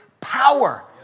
power